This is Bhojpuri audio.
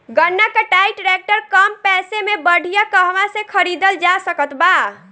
गन्ना कटाई ट्रैक्टर कम पैसे में बढ़िया कहवा से खरिदल जा सकत बा?